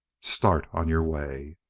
start on your way!